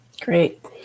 Great